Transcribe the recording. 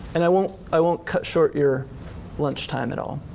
and i won't i won't cut short your lunchtime at all.